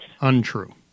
Untrue